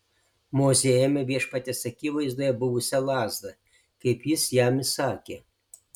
mozė ėmė viešpaties akivaizdoje buvusią lazdą kaip jis jam įsakė